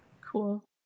Cool